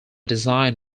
design